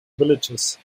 villagers